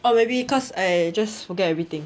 or maybe cause I just forget everything